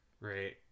Right